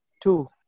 Two